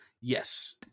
Yes